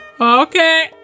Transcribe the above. Okay